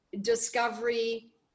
discovery